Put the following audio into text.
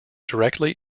directly